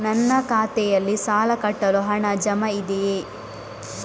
ನನ್ನ ಖಾತೆಯಲ್ಲಿ ಸಾಲ ಕಟ್ಟಲು ಹಣ ಜಮಾ ಇದೆಯೇ?